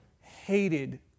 hated